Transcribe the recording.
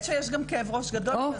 אורית,